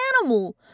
animal